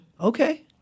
Okay